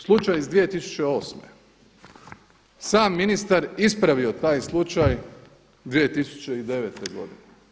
Slučaj iz 2008., sam ministar ispravio taj slučaj 2009. godine.